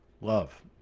love